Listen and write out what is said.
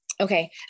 Okay